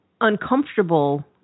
uncomfortable